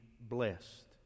blessed